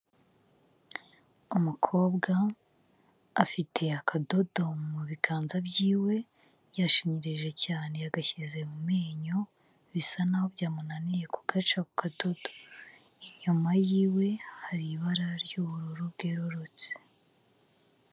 Umukobwa afite akadodo mu biganza byiwe, yashinyirije cyane agashyize mu menyo, bisa nkaho byamunaniye ku gaca ako kadodo. Inyuma yiwe hari ibara ry'ubururu bwerurutse.